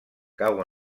cau